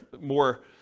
more